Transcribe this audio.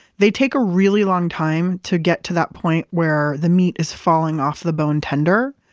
they take a really long time to get to that point where the meat is falling off the bone tender,